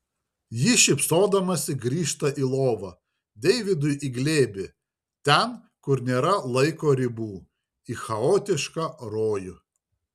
ji šypsodamasi grįžta į lovą deividui į glėbį ten kur nėra laiko ribų į chaotišką rojų